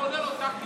כולל אותך,